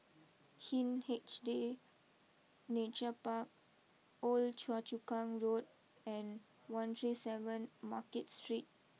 Hindhede Nature Park Old Choa Chu Kang Road and one three seven Market Street